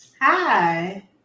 hi